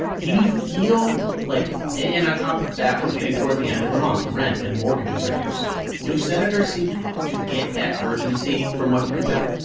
do you feel like and on top of that, we're getting toward the end of the month. rent and mortgages are due soon. do senators seem to to get that urgency from what you can tell?